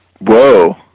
Whoa